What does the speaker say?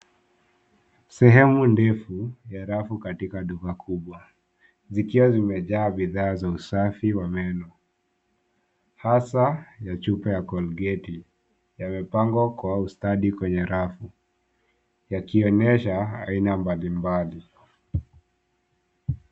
Sehemu ndefu ya rafu katika duka kubwa zikiwa zimejaa bidhaa za usafi wa meno, hasa ya chupa ya ya Colgate yamepagwa kwa ustadi kwenye rafu, yakionyesha aina mbalilmbali.